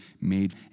made